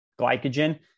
glycogen